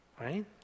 right